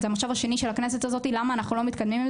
המושב השני של הכנסת הזאתי למה אנחנו לא מתקדמים עם